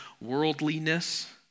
worldliness